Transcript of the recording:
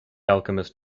alchemist